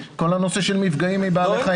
כל הנושא של מפגעים מבעלי חיים.